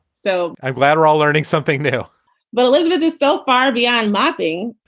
so i'm glad are all learning something new but elizabeth is so far beyond mopping.